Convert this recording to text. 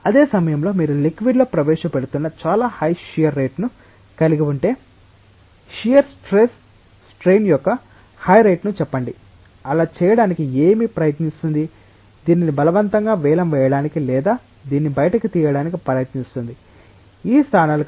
అదే సమయంలో మీరు లిక్విడ్ లో ప్రవేశపెడుతున్న చాలా హై షియర్ రేటును కలిగి ఉంటే షియర్ స్ట్రైన్ యొక్క హై రేటును చెప్పండి అలా చేయడానికి ఏమి ప్రయత్నిస్తుంది దీనిని బలవంతంగా వేలం వేయడానికి లేదా దీన్ని బయటకు తీయడానికి ప్రయత్నిస్తుంది ఈ స్థానాలు